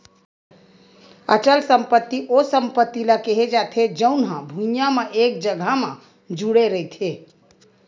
अचल संपत्ति ओ संपत्ति ल केहे जाथे जउन हा भुइँया म एक जघा म जुड़े रहिथे